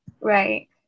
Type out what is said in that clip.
Right